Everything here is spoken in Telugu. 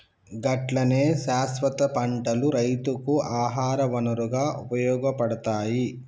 గట్లనే శాస్వత పంటలు రైతుకు ఆహార వనరుగా ఉపయోగపడతాయి